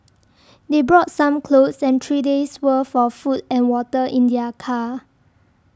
they brought some clothes and three days' worth of food and water in their car